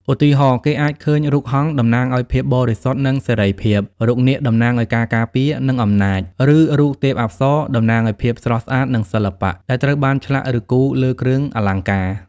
ឧទាហរណ៍ គេអាចឃើញរូបហង្ស (តំណាងឱ្យភាពបរិសុទ្ធ និងសេរីភាព) រូបនាគ (តំណាងឱ្យការការពារ និងអំណាច) ឬរូបទេពអប្សរ (តំណាងឱ្យភាពស្រស់ស្អាត និងសិល្បៈ) ដែលត្រូវបានឆ្លាក់ ឬគូរលើគ្រឿងអលង្ការ។